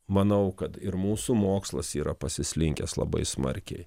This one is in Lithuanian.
manau kad ir mūsų mokslas yra pasislinkęs labai smarkiai